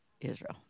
Israel